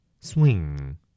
Swing